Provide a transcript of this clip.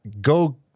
go